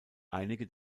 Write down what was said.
einige